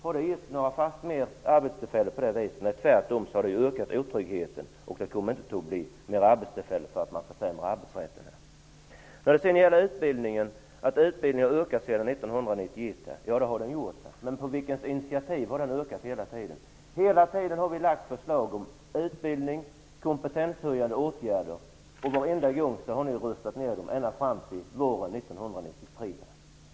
Har den gett några fler arbetstillfällen? Nej, tvärtom har den ökat otryggheten. Det kommer inte att bli fler arbetstillfällen genom att arbetsrätten försämras. Jag instämmer i att utbildningens omfattning har ökat sedan 1991. Men på vilkas initiativ har den hela tiden ökat? Vi socialdemokrater har hela tiden lagt fram förslag om utbildning och kompetenshöjande åtgärder. Varenda gång ända fram till våren 1993 har ni röstat ner dessa.